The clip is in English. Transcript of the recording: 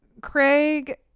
Craig